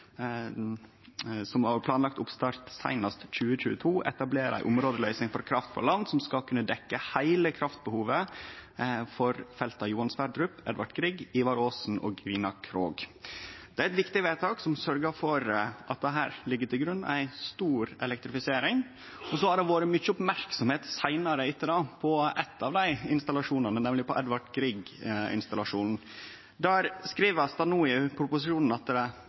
som har planlagd oppstart seinast 2022 – skal det etablerast ei områdeløysing for kraft frå land som skal kunne dekkje heile kraftbehovet for felta Johan Sverdrup, Edvard Grieg, Ivar Aasen og Gina Krog. Det er eit viktig vedtak, som sørgjer for at det her ligg til grunn ei stor elektrifisering. Seinare har det vore mykje merksemd rundt ein av dei installasjonane, nemleg Edvard Grieg-installasjonen. Der kjem det no fram av proposisjonen at det ikkje er